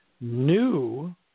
new